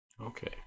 Okay